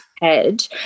head